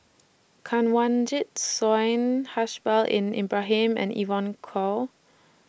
Kanwaljit Soin Haslir Bin Ibrahim and Evon Kow